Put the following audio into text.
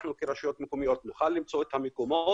אנחנו, כרשויות מקומיות, נוכל למצוא את המקומות.